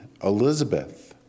Elizabeth